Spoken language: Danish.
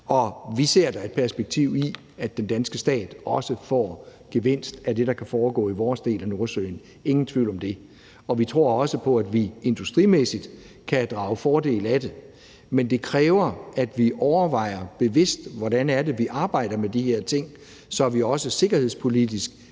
kr. Vi ser da et perspektiv i, at den danske stat også får gevinst af det, der kan foregå i vores del af Nordsøen, ingen tvivl om det. Og vi tror også på, at vi industrimæssigt kan drage fordel af det. Men det kræver, at vi overvejer bevidst, hvordan det er, vi arbejder med de her ting, så vi sikkerhedspolitisk